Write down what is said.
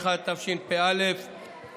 61), התשפ"א 2020,